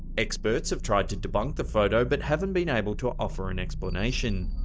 experts have tried to debunk the photo, but haven't been able to offer an explanation.